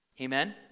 Amen